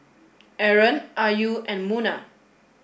Aaron Ayu and Munah